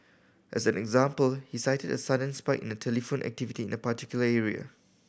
as an example he cited a sudden spike in the telephone activity in a particular area